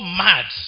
mad